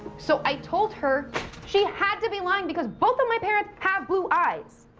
so i told her she had to be lying, because both of my parents have blue eyes.